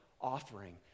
offering